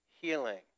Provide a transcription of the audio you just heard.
healing